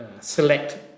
select